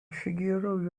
shigeru